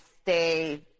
stay